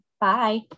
Bye